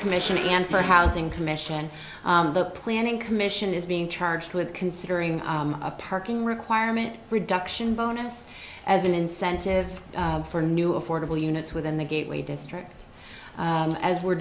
commission and for housing commission the planning commission is being charged with considering a parking requirement reduction bonus as an incentive for new affordable units within the gateway district as we